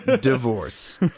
divorce